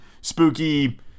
spooky